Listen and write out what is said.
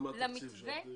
מה התקציב שאת דורשת?